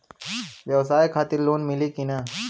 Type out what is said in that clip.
ब्यवसाय खातिर लोन मिली कि ना?